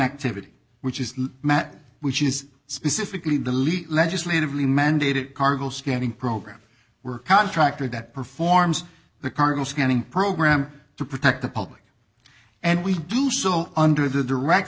activity which is met which is specifically delete legislatively mandated kargil scanning programs were contractor that performs the current scanning program to protect the public and we do so under the direct